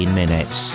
minutes